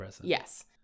yes